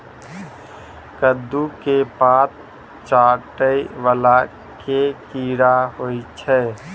कद्दू केँ पात चाटय वला केँ कीड़ा होइ छै?